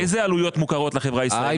איזה עלויות מוכרות לחברה הישראלית?